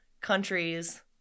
countries